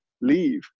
leave